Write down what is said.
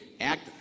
Act